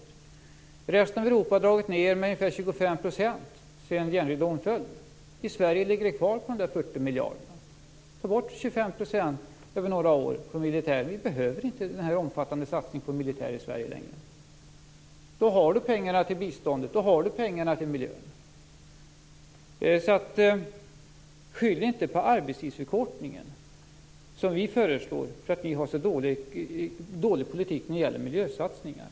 I resten av Europa har man dragit ned med ungefär 25 % sedan järnridån föll, men i Sverige ligger vi kvar på 40 miljarder. Ta bort 25 % till militären under några år! Vi behöver inte längre denna omfattande satsning på militären i Sverige. Då har ni pengar till biståndet och till miljön. Skyll inte på arbetstidsförkortningen som vi föreslår för att ni själva har så dålig politik i fråga om miljösatsningar!